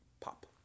pop